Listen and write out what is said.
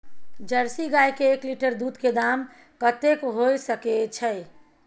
Jersey गाय के एक लीटर दूध के दाम कतेक होय सके छै?